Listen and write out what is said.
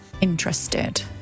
interested